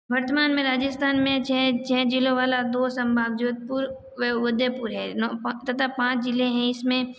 वर्तमान में राजस्थान में छः छः जिलों वाला दो सम्भाग जोधपुर व उदयपुर है तथा पाँच जिले हैं इसमें